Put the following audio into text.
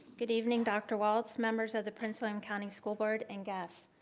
good evening, dr. walts, members of the prince william county school board, and guests.